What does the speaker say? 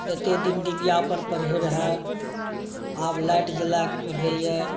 एते दिन डीबीआ पर पढ़ै रहै आब लाइट जराकऽ पढ़ैए